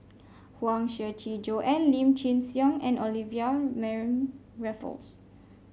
Huang Shiqi Joan Lim Chin Siong and Olivia Mariamne Raffles